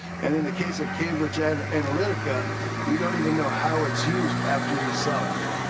and in the case of cambridge and analytica you don't even know how it's used after you sell it.